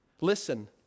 Listen